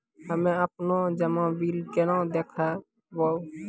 हम्मे आपनौ जमा बिल केना देखबैओ?